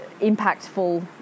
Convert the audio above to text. impactful